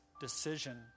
decision